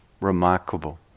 remarkable